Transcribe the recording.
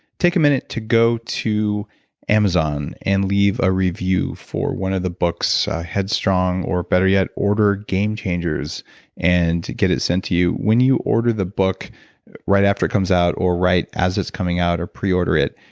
take a minute to go to amazon and leave a review for one of the books, headstrong or better yet, order game changers and get it sent to you when you order the book right after it comes out or right as it's coming out or pre-order it,